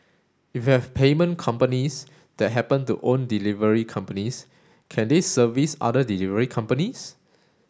if you have payment companies that happen to own delivery companies can they service other delivery companies